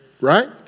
right